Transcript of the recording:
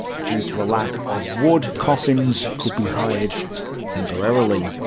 due to a lack of wood, coffins could be hired temporarily.